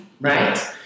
right